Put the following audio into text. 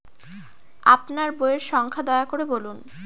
আপনার বইয়ের সংখ্যা দয়া করে বলুন?